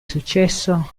successo